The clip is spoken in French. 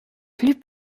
plus